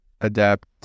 adapt